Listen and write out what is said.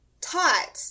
taught